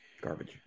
garbage